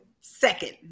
second